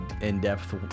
in-depth